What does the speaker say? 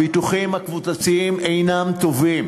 הביטוחים הקבוצתיים אינם טובים.